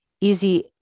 easy